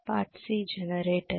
part C generator